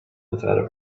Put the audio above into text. without